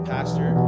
Pastor